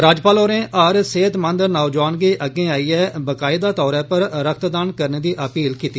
राज्यपाल होरें सेह्तमंद नौजुआनें गी अग्गै आइयै बाकायदा तौर पर रक्तदान करने दी अपील कीती